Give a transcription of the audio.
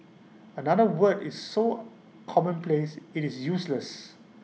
another word is so commonplace is useless